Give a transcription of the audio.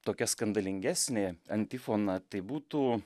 tokia skandalingesnė antifona tai būtų